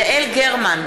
יעל גרמן,